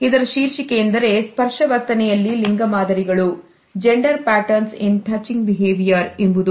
ಇದರ ಶೀರ್ಷಿಕೆ ಎಂದರೆ ಸ್ಪರ್ಶ ವರ್ತನೆಯಲ್ಲಿ ಲಿಂಗ ಮಾದರಿಗಳು ಎಂಬುದು